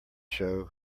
show